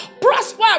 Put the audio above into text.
Prosper